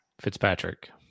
Fitzpatrick